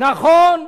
נכון.